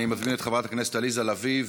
אני מזמין את חברת הכנסת עליזה לביא.